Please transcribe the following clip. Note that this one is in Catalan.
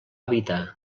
evitar